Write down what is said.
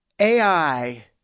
AI